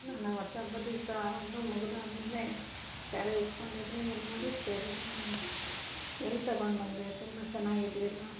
ನಾನವತ್ತು ಹಬ್ಬದ್ ದಿಸ ಹಬ್ಬ ಮುಗಿದಾದ್ಮೇಲೆ ಸ್ಯಾರಿ ಉಟ್ಕೊಂಡಿದ್ರೆ ಎಲ್ಲರು ಕೇಳಿದ್ರು ನನಗೆ ಎಲ್ಲಿ ತಗೊಂಡ್ಬಂದೆ ತುಂಬ ಚೆನ್ನಾಗಿದ್ಯಲ್ಲ